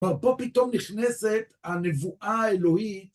אבל פה פתאום נכנסת הנבואה האלוהית